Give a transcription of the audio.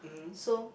so